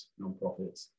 nonprofits